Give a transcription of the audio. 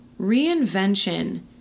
Reinvention